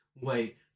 wait